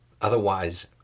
Otherwise